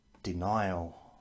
denial